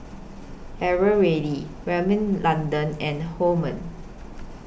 Eveready Rimmel London and Hormel